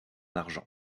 argent